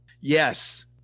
yes